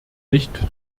nicht